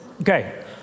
Okay